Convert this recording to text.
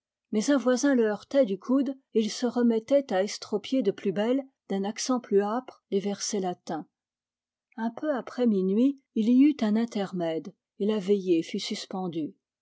mais un voisin le heurtait du coude et il se reméttait à estropier de plus belle d'un accent plus âpre les versets latins un peu après minuit il y eut un intermède et la veillée fut suspendue